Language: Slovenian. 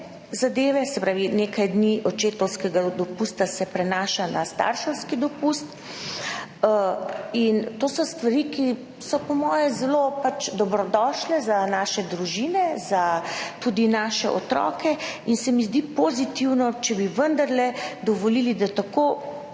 zadeva, se pravi, nekaj dni očetovskega dopusta se prenaša na starševski dopust. To so stvari, ki so po moje zelo dobrodošle za naše družine, tudi za naše otroke, in se mi zdi pozitivno, da bi vendarle dovolili in